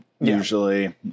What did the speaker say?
usually